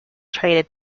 traded